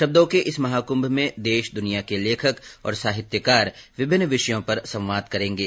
शब्दों के इस महाकृभ में देश दुनिया के लेखक और साहित्यकार विभिन्न विषयों पर संवाद करेंगे